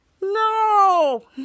No